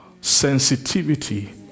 sensitivity